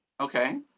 okay